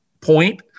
point